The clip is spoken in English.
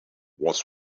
was